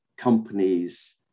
companies